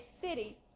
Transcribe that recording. city